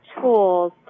tools